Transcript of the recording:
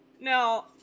No